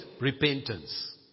repentance